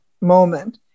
moment